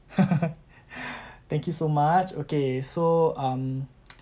thank you so much okay so um